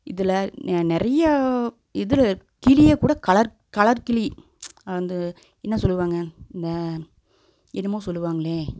இதில் நிறையா இதில் கிளியை கூட கலர் கலர் கிளி அந்த வந்து என்ன சொல்லுவாங்க அந்த என்னமோ சொல்லுவாங்களே